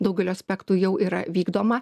daugeliu aspektų jau yra vykdoma